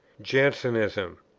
jansenism.